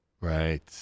right